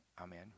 amen